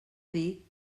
dir